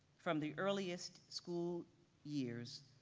from the earliest school years,